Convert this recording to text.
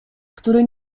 który